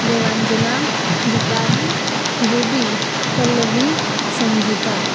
Devanjana Dipali Rubi Pallavi Sangeeta